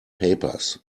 papers